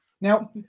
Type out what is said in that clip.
Now